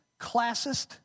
classist